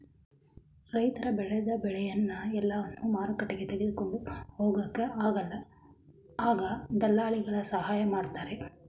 ರೈತ ಬೆಳೆದ ಬೆಳೆನ ಎಲ್ಲಾನು ಮಾರ್ಕೆಟ್ಗೆ ತಗೊಂಡ್ ಹೋಗೊಕ ಆಗಲ್ಲ ಆಗ ದಳ್ಳಾಲಿಗಳ ಸಹಾಯ ಮಾಡ್ತಾರೆ